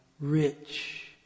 rich